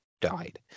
died